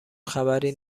خبری